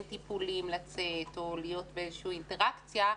טיפולים לצאת או להיות באיזה שהיא אינטראקציה,